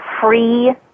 free